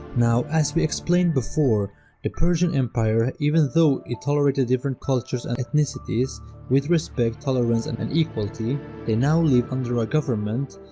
now as we explained before the persian empire even though it tolerated different cultures and ethnicities with respect, tolerance and and equality, they now live under a government,